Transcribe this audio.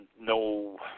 no